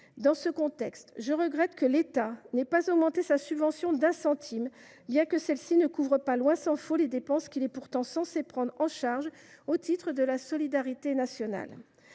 Dans ce contexte, je regrette que l’État n’ait pas augmenté sa subvention d’un centime, bien que celle ci ne couvre pas, tant s’en faut, les dépenses qu’il est censé prendre en charge au titre de la solidarité nationale.